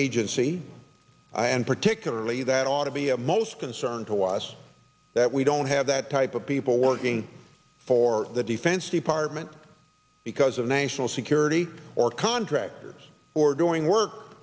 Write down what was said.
agency and particularly that ought to be of most concern to us that we don't have that type of people working for the defense department because of national security or contractors or doing work